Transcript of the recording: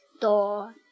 door